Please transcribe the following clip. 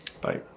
Bye